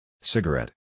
Cigarette